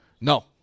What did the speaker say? No